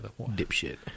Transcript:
dipshit